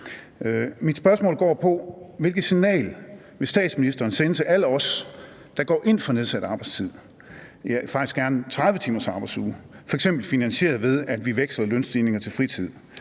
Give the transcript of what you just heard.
Mit spørgsmål går på, hvilket signal statsministeren vil sende til alle os, der går ind for nedsat arbejdstid, ja, faktisk gerne en 30-timers arbejdsuge, f.eks. finansieret ved at vi veksler lønstigninger til fritid.